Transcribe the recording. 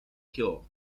pure